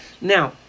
Now